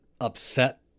upset